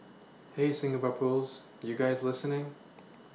hey Singapore pools you guys listening